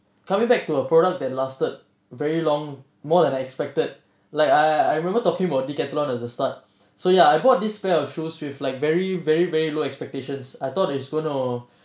coming back to a product that lasted very long more than I expected like I I I remember talking about decathlon at the start so ya I bought this pair of shoes with like very very very low expectations I thought is going to